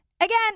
Again